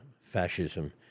fascism